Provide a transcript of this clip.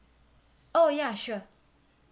oh ya sure